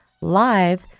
live